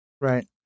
Right